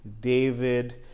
David